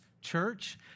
church